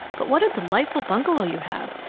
but what a delightful bungalow you have!